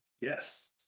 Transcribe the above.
Yes